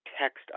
text